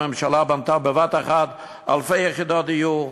הממשלה בנתה בבת-אחת אלפי יחידות דיור.